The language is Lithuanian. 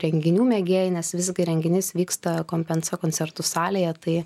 renginių mėgėjai nes visgi renginys vyksta compensa koncertų salėje tai